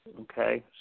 okay